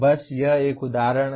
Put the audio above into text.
बस यह एक उदाहरण है